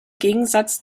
gegensatz